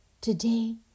Today